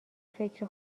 فکر